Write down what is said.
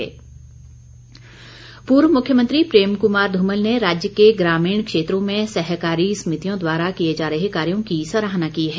धूमल पूर्व मुख्यमंत्री प्रेम कुमार धूमल ने राज्य के ग्रामीण क्षेत्रों में सहकारी समितियों द्वारा किए जा रहे कार्यो की सराहना की है